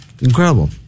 Incredible